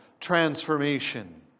transformation